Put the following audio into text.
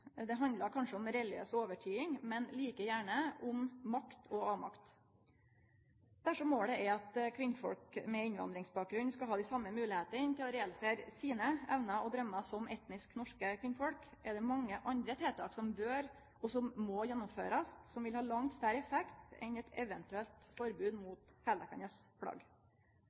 Det handlar kanskje om religiøs overtyding, men like gjerne om makt og avmakt. Dersom målet er at kvinnfolk med innvandringsbakgrunn skal ha dei same moglegheitene til å realisere evnene og draumane sine som det etnisk norske kvinnfolk har, er det mange andre tiltak som bør og må gjennomførast, og som vil ha langt større effekt enn eit eventuelt forbod mot